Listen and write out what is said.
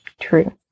true